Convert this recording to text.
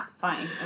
Fine